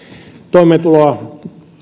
toimeentuloa